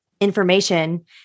information